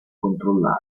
controllare